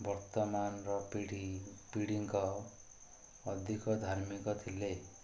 ବର୍ତ୍ତମାନର ପିଢ଼ି ପିଢ଼ିଙ୍କ ଅଧିକ ଧାର୍ମିକ ଥିଲେ